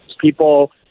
People